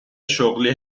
شغلی